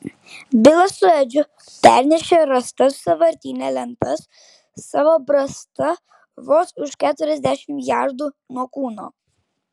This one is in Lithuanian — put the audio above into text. bilas su edžiu pernešė rastas sąvartyne lentas savo brasta vos už keturiasdešimt jardų nuo kūno